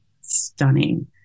stunning